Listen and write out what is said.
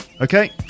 okay